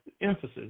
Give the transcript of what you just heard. Emphasis